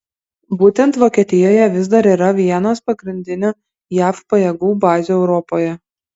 būtent vokietijoje vis dar yra vienos pagrindinių jav pajėgų bazių europoje